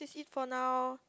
see for now